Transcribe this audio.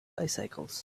bicycles